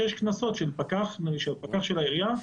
שיש קנסות של פקח של העירייה,